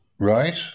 Right